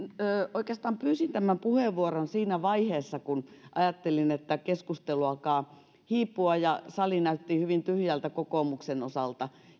oikeastaan pyysin tämän puheenvuoron siinä vaiheessa kun ajattelin että keskustelu alkaa hiipua ja sali näytti hyvin tyhjältä kokoomuksen osalta